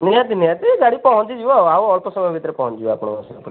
ନିହାତି ନିହାତି ଗାଡ଼ି ପହଞ୍ଚି ଯିବ ଆଉ ଆଉ ଅଳ୍ପ ସମୟ ଭିତରେ ପହଞ୍ଚିଯିବ ଆପଣଙ୍କର ସେପଟେ